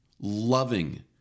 loving